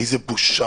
איזה בושה.